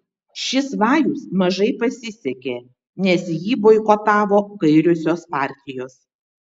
šis vajus mažai pasisekė nes jį boikotavo kairiosios partijos